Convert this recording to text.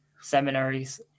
seminaries